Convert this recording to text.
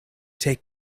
take